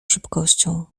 szybkością